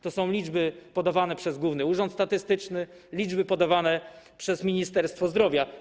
To są liczby podawane przez Główny Urząd Statystyczny, liczby podawane przez Ministerstwo Zdrowia.